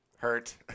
Hurt